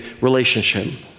relationship